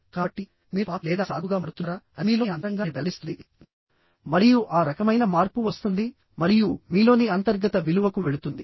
కాబట్టి మీరు పాపి లేదా సాధువుగా మారుతున్నారా అది మీలోని అంతరంగాన్ని వెల్లడిస్తుంది మరియు ఆ రకమైన మార్పు వస్తుంది మరియు మీలోని అంతర్గత విలువకు వెళుతుంది